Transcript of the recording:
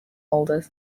holders